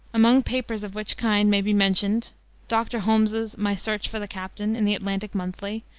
among papers of which kind may be mentioned dr. holmes's my search for the captain, in the atlantic monthly,